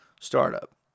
startup